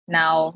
now